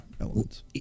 elements